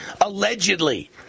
Allegedly